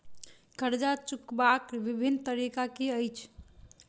कर्जा चुकबाक बिभिन्न तरीका की अछि?